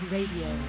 Radio